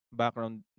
background